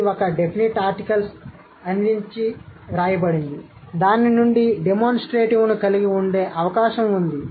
ఇది ఒక definite article అందించి వ్రాయబడింది దాని నుండి డెమోన్స్ట్రేటివ్ను కలిగి ఉండే అవకాశం ఉంది